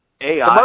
AI